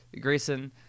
Grayson